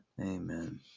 amen